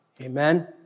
Amen